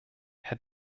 herr